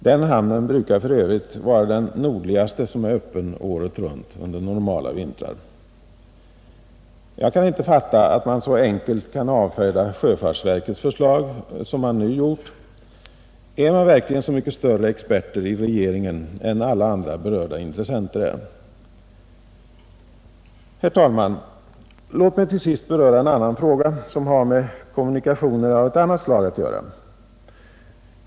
Denna hamn brukar för övrigt under normala vintrar vara den nordligaste som är öppen året runt. Jag kan inte fatta att man så enkelt kan avfärda sjöfartsverkets förslag, som man nu gjort. Är man verkligen så mycket bättre experter i regeringen än alla andra berörda intressenter är? Herr talman! Låt mig till sist beröra en annan fråga, som har med kommunikationer av ett annat slag att göra.